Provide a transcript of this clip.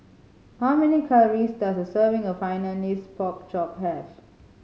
how many calories does a serving of Hainanese Pork Chop have